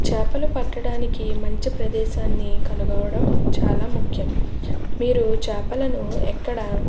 చాపలు పట్టడానికి మంచి ప్రదేశాన్ని కనుగొనడం చాలా ముఖ్యం మీరు చాపలను ఎక్కడ